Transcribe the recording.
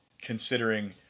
considering